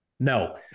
No